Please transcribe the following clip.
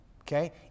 Okay